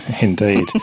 Indeed